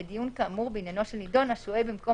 בדיון כאמור בעניינו של נידון השוהה במקום